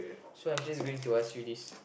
so I'm just going to ask you this